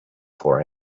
for